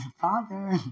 Father